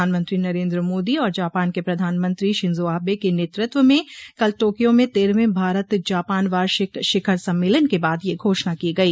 प्रधानमंत्री नरेंद्र मोदी और जापान के प्रधानमंत्री शिंजो आबे के नेतृत्व में कल टोक्यो में तेरहवें भारत जापान वार्षिक शिखर सम्मेलन के बाद यह घोषणा की गई